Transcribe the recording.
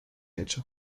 hecho